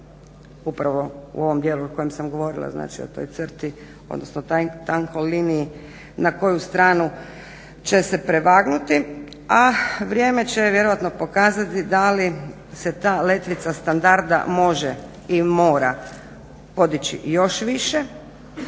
upravo u ovom dijelu o kojem sam govorila, znači o toj crti, odnosno tankoj liniji na koju stranu će se prevagnuti, a vrijeme će vjerojatno pokazati dali se ta letvica standarda može i mora podići i još više